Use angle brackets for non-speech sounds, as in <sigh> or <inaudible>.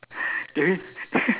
that mean <laughs>